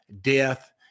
death